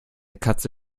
katze